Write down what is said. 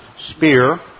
spear